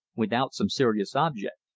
without some serious object.